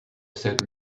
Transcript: said